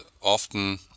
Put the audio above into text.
often